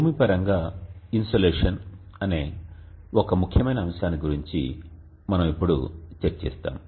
భూమి పరంగా ఇన్సోలేషన్" అనే ఒక ముఖ్యమైన అంశాన్ని గురించి మనము ఇప్పుడు చర్చిస్తాము